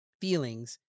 feelings